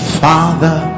father